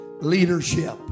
leadership